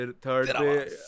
third